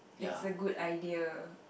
it's a good idea